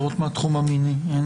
המצבים.